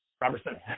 Robertson